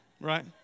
right